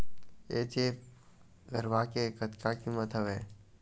HF गरवा के कतका कीमत हवए?